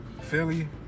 Philly